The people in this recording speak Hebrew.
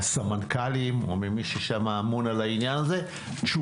מהסמנכ"לים או ממי שאמון על זה תשובה